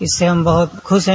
इससे हम बहुत खुश है